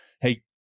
hey